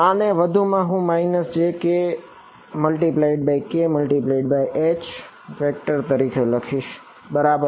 આને વધુ માં હું jkk×H તરીકે લખીશ બરાબર